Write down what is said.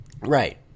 right